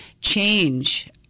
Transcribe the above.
change